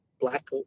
black